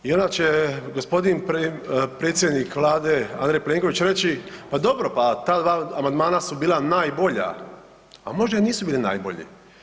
I onda će gospodin predsjednik Vlade Andrej Plenković reći, pa dobro pa ta 2 amandmana su bila najbolja, a možda i nisu bili najbolji.